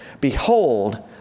Behold